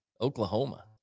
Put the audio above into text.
Oklahoma